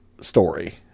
story